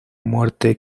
muerte